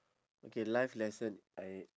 okay life lesson I